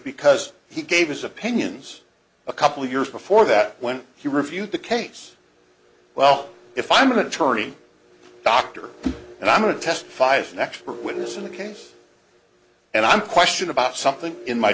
because he gave his opinions a couple of years before that when he reviewed the case well if i'm an attorney doctor and i'm going to testify as an expert witness in the case and i'm question about something in my